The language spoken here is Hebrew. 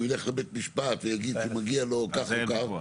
והוא ילך לבית משפט והוא יגיד שמגיע לו ככה וככה --- על זה אין ויכוח.